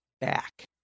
back